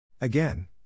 Again